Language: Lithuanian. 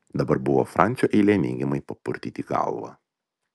dabar buvo francio eilė neigiamai papurtyti galvą